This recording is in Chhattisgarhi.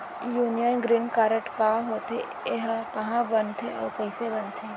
यूनियन ग्रीन कारड का होथे, एहा कहाँ बनथे अऊ कइसे बनथे?